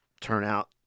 turnout